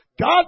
God